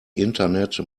internet